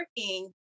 working